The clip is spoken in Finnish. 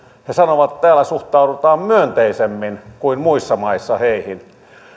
he sanovat että täällä suhtaudutaan heihin myönteisemmin kuin muissa maissa